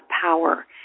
power